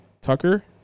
Tucker